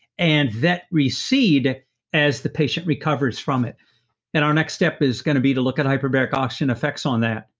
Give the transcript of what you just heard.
and that recede as the patient recovers from it and our next step is going to be to look at hyperbaric oxygen effects on that.